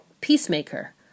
Peacemaker